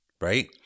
Right